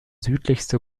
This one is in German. südlichste